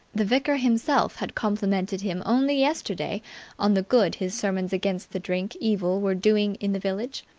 the vicar himself had complimented him only yesterday on the good his sermons against the drink evil were doing in the village,